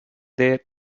there